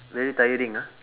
very tiring ah